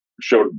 showed